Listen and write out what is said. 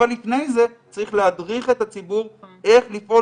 אבל לפני זה צריך להדריך את הציבור איך לפעול